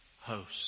host